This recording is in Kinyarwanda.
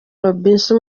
robinson